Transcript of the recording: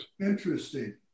interesting